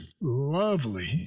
lovely